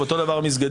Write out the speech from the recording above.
ואותו דבר מסגדים,